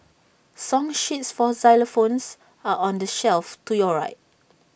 song sheets for xylophones are on the shelf to your right